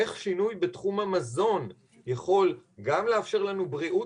איך שינוי בתחום המזון יכול גם לאפשר לנו בריאות